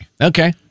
Okay